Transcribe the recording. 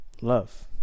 Love